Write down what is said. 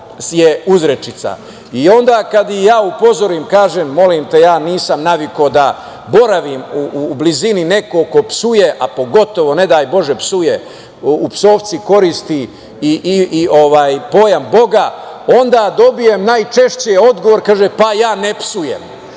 Onda, kada ih ja upozorim, kažem – molim te ja nisam navikao da boravim u blizini nekog ko psuje, a pogotovo ne daj Bože u psovci koristi i pojam Boga, onda dobijem najčešće odgovor, kaže – pa je ne psujem. Dakle,